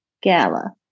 Gala